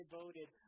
voted